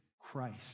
Christ